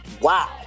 Wow